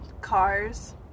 Cars